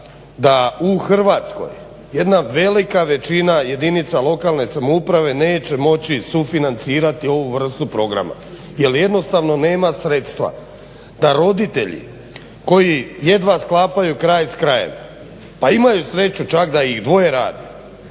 da u Hrvatskoj jedna velika većina jedinica lokalne samouprave neće moći sufinancirati ovu vrstu programa jer jednostavno nema sredstava. Da roditelji koji jedva sklapaju kraj s krajem pa imaju sreću čak da ih dvoje radi